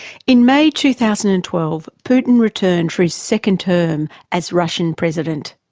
in may two thousand and twelve putin returned for his second term as russian president.